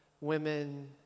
women